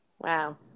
wow